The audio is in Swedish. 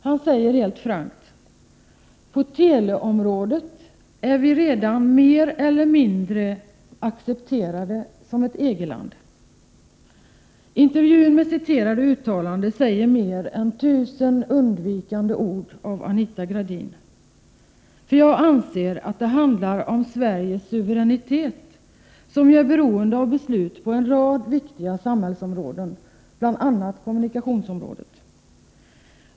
Han säger helt frankt: På teleområdet är vi redan mer eller mindre accepterade som ett EG-land. Intervjun med det citerade uttalandet säger mer än tusen undvikande ord av Anita Gradin. Jag anser att det handlar om Sveriges suveränitet, som ju är beroende av beslut på en rad viktiga samhällsområden, bl.a. kommunikationsområdet.